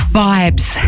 vibes